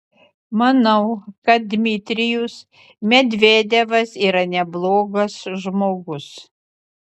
manau kad dmitrijus medvedevas yra neblogas žmogus